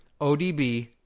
ODB